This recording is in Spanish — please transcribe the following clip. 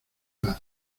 paz